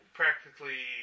practically